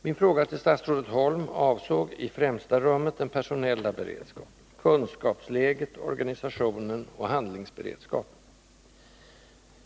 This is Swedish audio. Min fråga till statsrådet Holm avsåg i främsta rummet den personella beredskapen: kunskapsläget, organisationen och handlingsberedskapen.